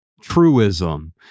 truism